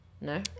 no